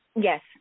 Yes